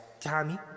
Tommy